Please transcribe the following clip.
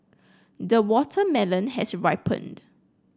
the watermelon has ripened